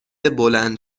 بلند